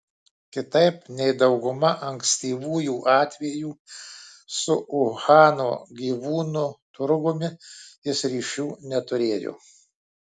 kitaip nei dauguma ankstyvųjų atvejų su uhano gyvūnų turgumi jis ryšių neturėjo